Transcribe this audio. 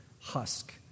husk